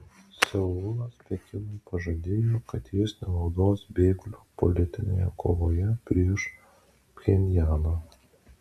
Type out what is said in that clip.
seulas pekinui pažadėjo kad jis nenaudos bėglio politinėje kovoje prieš pchenjaną